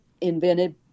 invented